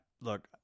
look